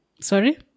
Sorry